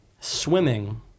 Swimming